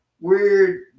weird